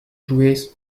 jouer